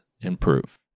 improve